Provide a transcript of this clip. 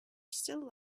still